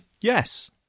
yes